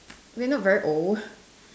we're not very old